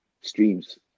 streams